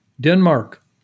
Denmark